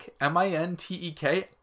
M-I-N-T-E-K